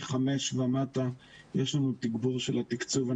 מחמש ומטה יש לנו תגבור של התקצוב.